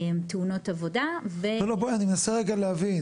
תאונות עבודה ו --- לא לא רגע אני מנסה להבין,